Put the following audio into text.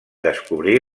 descobrir